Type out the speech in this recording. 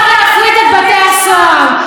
או כשבית המשפט החליט שלא נכון להפריט את בתי הסוהר,